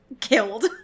killed